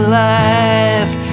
life